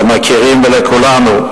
למכירים ולכולנו.